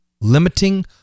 Limiting